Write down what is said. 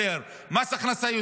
יותר מס הכנסה,